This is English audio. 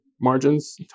margins